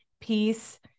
peace